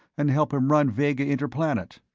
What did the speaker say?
and help him run vega interplanet.